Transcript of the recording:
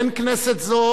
בין כנסת זו,